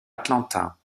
atlanta